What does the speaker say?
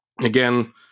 Again